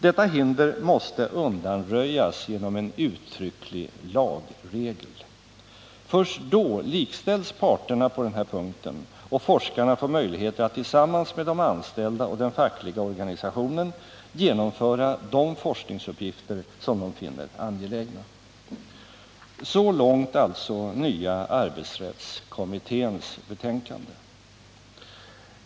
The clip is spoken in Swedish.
Detta hinder måste undanröjas genom en uttrycklig lagregel. Först då likställs parterna på den här punkten och forskarna får möjligheter att tillsammans med de anställda och den fackliga organisationen genomföra de forskningsuppgifter som de finner angelägna.” Så långt alltså nya arbetsrättskommitténs betänkande.